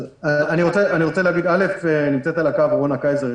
אני רוצה להגיד נמצאת על הקו רונה קייזר,